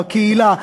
בקהילה,